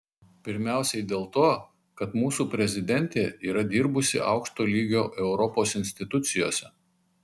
pirmiausiai dėl to kad mūsų prezidentė yra dirbusi aukšto lygio europos institucijose